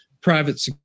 private